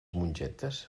mongetes